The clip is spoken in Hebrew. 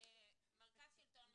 מרכז השלטון המקומי,